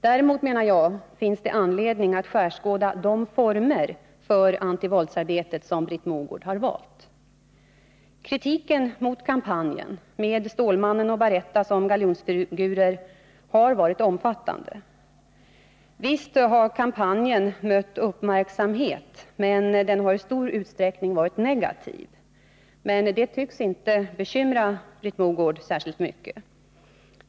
Däremot finns det, enligt min mening, anledning att skärskåda de former för antivåldsarbetet som Britt Mogård har valt. Kritiken mot kampanjen med Stålmannen och Baretta som galjonsfigurer har varit omfattande. Visst har kampanjen rönt uppmärksamhet, men den har i stor utsträckning varit negativ. Detta tycks emellertid inte bekymra Britt Mogård särskilt mycket.